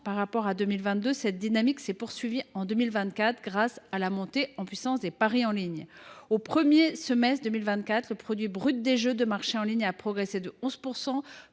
par rapport à 2022. Cette dynamique s’est poursuivie en 2024, grâce à la montée en puissance des paris en ligne. Au premier semestre 2024, le produit brut des jeux de marché en ligne a progressé de 11 %,